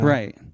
Right